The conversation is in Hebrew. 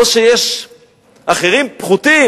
לא שיש אחרים פחותים,